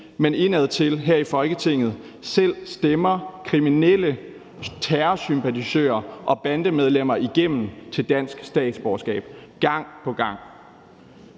men indadtil her i Folketinget selv stemmer kriminelle, terrorsympatisører og bandemedlemmer igennem til dansk statsborgerskab gang på gang.